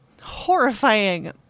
horrifying